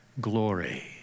glory